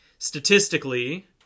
Statistically